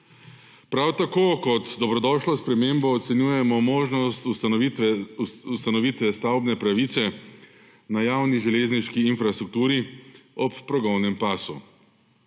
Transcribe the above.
Prav tako kot dobrodošlo spremembo ocenjujemo možnost ustanovitve stavbne pravice na javni železniški infrastrukturi ob progovnem pasu.